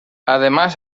además